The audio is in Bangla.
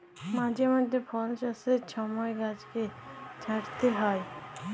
মাঝে মইধ্যে ফল চাষের ছময় গাহাচকে ছাঁইটতে হ্যয়